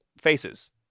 faces